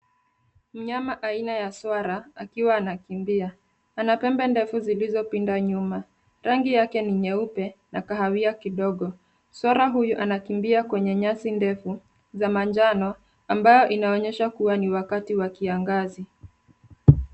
Mnyama aina ya swara, akiwa anakimbia. Ana pembe ndefu zilizopinda nyuma. Rangi yake ni nyeupe na kahawia kidogo. Swara huyu anakimbia kwenye nyasi ndefu za manjano, ambayo inaonyesha kua ni wakati wa kiangazi.